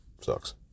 sucks